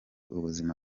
ubuzima